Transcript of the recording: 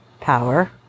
power